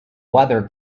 whether